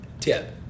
tip